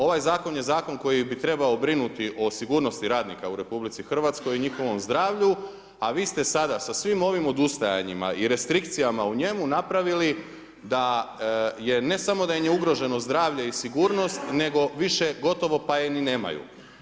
Ovaj zakon je zakon koji bi trebao brinuti o sigurnosti radnika u RH i njihovom zdravlju a vi ste sada sa svim ovim odustajanjima i restrikcijama o njemu, napravili da ne samo da im je ugroženo zdravlje i sigurnost, nego više gotovo pa je ni nemaju.